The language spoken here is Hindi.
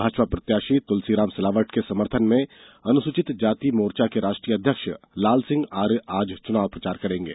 भाजपा प्रत्याषी तुलसीराम सिलावट के समर्थन में अनुसूचित जाति मोर्चा के राष्ट्रीय अध्यक्ष लालसिंह आर्य आज चुनाव प्रचार करेंगे